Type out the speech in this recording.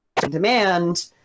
demand